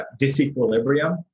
disequilibrium